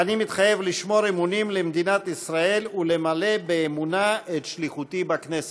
"אני מתחייב לשמור אמונים למדינת ישראל ולמלא באמונה את שליחותי בכנסת".